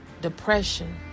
Depression